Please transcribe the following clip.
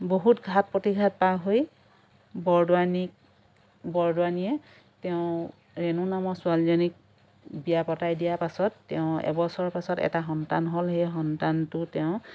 বহুত ঘাত প্ৰতিঘাত পাৰ হৈ বৰদোৱানীক বৰদোৱানীয়ে তেওঁ ৰেণু নামৰ ছোৱালীজনীক বিয়া পতাই দিয়াৰ পাছত তেওঁ এবছৰৰ পাছত এটা সন্তান হ'ল সেই সন্তানটো তেওঁ